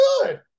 good